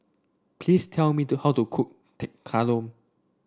please tell me to how to cook Tekkadon